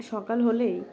সকাল হলেই